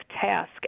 task